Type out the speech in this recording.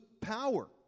power